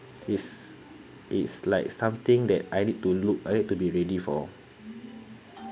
is is like something that I need to look I need to be ready for